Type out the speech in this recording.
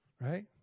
Right